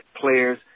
players